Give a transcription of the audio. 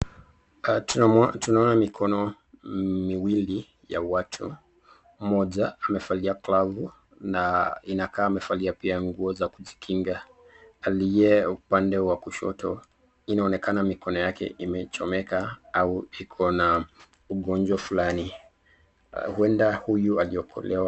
Tunaona mikono miwili ya watu mmoja amevalia glavu na inakaa amevalia pia nguo za kujikinga aliye upande wa kushoto inaonekana mikono yake imechomeka au iko na ugonjwa fulani huenda huyu aliokolewa.